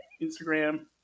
Instagram